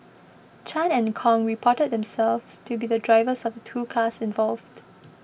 Chan and Kong reported themselves to be drivers of the two cars involved